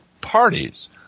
parties